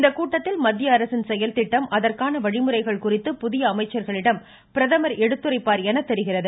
இந்த கூட்டத்தில் மத்திய அரசின் செயல்திட்டம் அதற்கான வழிமுறைகள் குறித்து புதிய அமைச்சர்களிடம் பிரதமர் எடுத்துரைப்பார் என தெரிகிறது